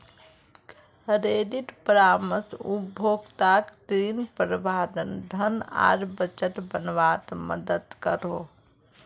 credit परामर्श उपभोक्ताक ऋण, प्रबंधन, धन आर बजट बनवात मदद करोह